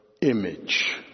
image